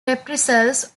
reprisals